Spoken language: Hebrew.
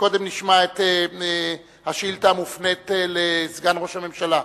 שקודם נשמע את השאילתא המופנית אל סגן ראש הממשלה.